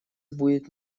будет